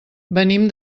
venim